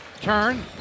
Turn